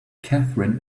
katherine